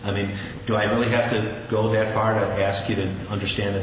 i mean do i really have to go that far to ask you to understand that